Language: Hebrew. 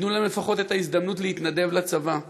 שייתנו להם לפחות את ההזדמנות להתנדב לצבא,